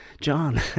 john